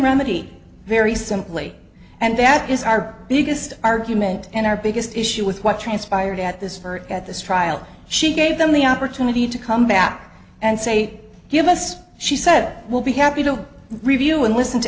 remedied very simply and that is our biggest argument and our biggest issue with what transpired at this at this trial she gave them the opportunity to come back and say give us she said we'll be happy to review and listen to